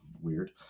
weird